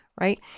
right